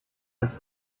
als